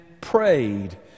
prayed